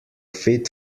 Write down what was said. fit